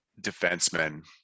defensemen